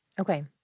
Okay